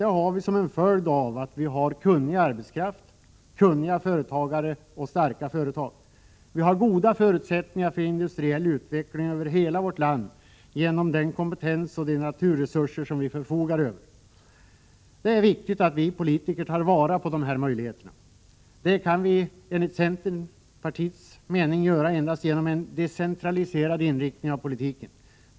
Det har vi som en följd av att vi har kunnig arbetskraft, kunniga företagare och starka företag. Vi har goda förutsättningar för industriell utveckling över hela vårt land genom den kompetens och de naturresurser vi förfogar över. Det är viktigt att vi politiker tar vara på de möjligheterna. Det kan vi enligt centerpartiets mening göra endast genom en decentraliserad inriktning av politiken.